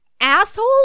Asshole